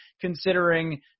considering